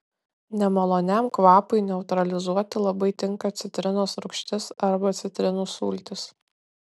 nemaloniam kvapui neutralizuoti labai tinka citrinos rūgštis arba citrinų sultys